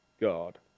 God